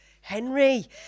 Henry